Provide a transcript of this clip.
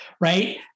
right